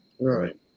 Right